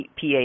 PA